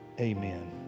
amen